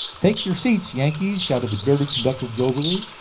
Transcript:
take your seats, yankees! shouted the bearded conductor jovially,